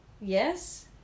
Yes